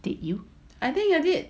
I think you did